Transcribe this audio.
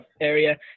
area